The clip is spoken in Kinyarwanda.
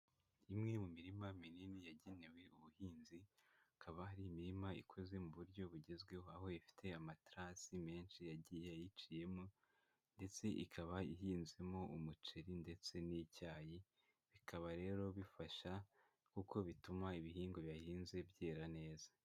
Imwe mu mirima minini yagenewe ubuhinzi, ikaba hari imirima ikoze mu buryo bugezweho, aho ifite amaterasi menshi yagiye ayiciyemo ndetse ikaba ihinzemo umuceri ndetse n'icyayi, bikaba rero bifasha kuko bituma ibihingwa bihinze byera neza.